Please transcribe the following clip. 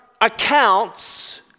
accounts